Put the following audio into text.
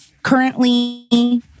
Currently